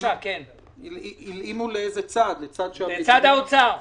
לצד האוצר.